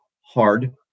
hard